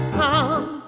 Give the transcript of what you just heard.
come